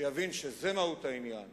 שיבין שזו מהות העניין